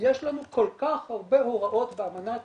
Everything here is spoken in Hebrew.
יש לנו כל כך הרבה הוראות באמנת